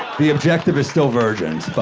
the objective is still virgins,